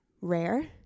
rare